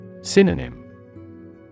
Synonym